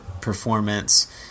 performance